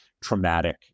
traumatic